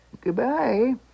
Goodbye